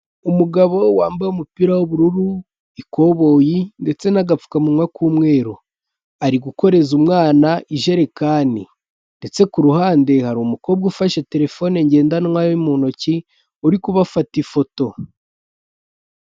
Umugabo wambaye umupira w'ubururu, ikoboyi ndetse n'agapfukamunwa k'umweru, ari gukoreza umwana ijerekani ndetse ku ruhande hari umukobwa ufashe telefone ngendanwa mu ntoki uri kubafata ifoto.